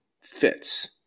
fits